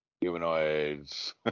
humanoids